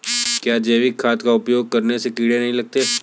क्या जैविक खाद का उपयोग करने से कीड़े नहीं लगते हैं?